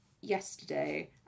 yesterday